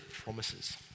promises